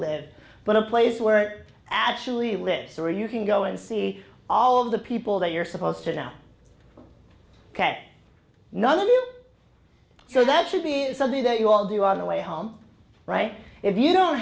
lead but a place where it actually lips or you can go and see all the people that you're supposed to now that none of you so that should be something that you all do on the way home right if you don't